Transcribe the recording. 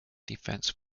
defence